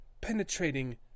penetrating